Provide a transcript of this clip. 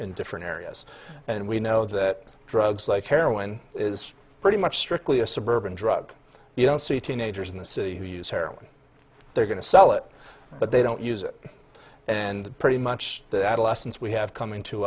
in different areas and we know that drugs like heroin is pretty much strictly a suburban drug you don't see teenagers in the city who use heroin they're going to sell it but they don't use it and pretty much the adolescents we have com